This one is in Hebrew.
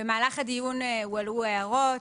במהלך הדיון הועלו הערות.